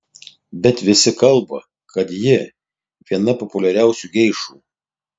bet visi kalba kad ji viena populiariausių geišų